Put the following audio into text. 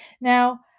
Now